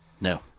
No